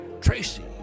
Tracy